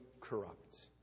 corrupt